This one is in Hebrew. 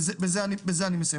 בזה אני מסיים.